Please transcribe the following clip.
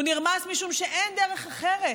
הוא נרמס משום שאין דרך אחרת